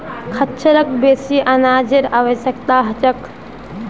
खच्चरक बेसी अनाजेर आवश्यकता ह छेक